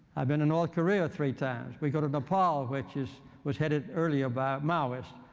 i've been in north korea three times. we go to nepal, which is was headed earlier by maoist.